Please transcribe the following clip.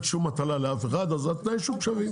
שום מטלה לאף אחד ואז תנאי השוק שווים.